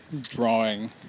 drawing